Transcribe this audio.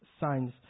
signs